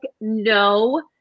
no